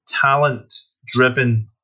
talent-driven